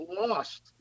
lost